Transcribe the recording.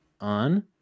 on